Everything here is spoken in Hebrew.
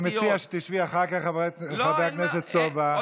אני מציע שתשבי אחר כך עם חבר הכנסת סובה ותשמעי את הפרטים.